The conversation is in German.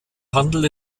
handelt